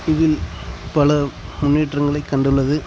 இதில் பல முன்னேற்றங்களை கண்டுள்ளது